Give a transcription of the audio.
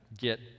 get